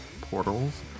portals